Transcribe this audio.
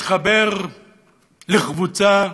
להתחבר לקבוצה